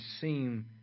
seem